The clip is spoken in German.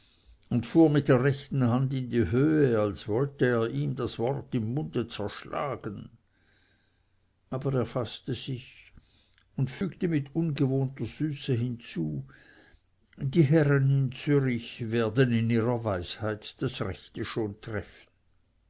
und fuhr mit der rechten hand in die höhe als wollte er ihm das wort im munde zerschlagen aber er faßte sich und fügte mit ungewohnter süße hinzu die herren in zürich werden in ihrer weisheit das rechte schon treffen